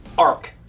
arc.